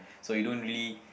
so you don't really